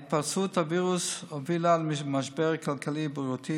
התפרצות הווירוס הובילה למשבר כלכלי-בריאותי